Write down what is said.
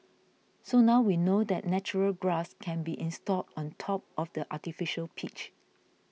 so now we know that natural grass can be installed on top of the artificial pitch